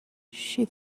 she